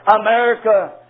America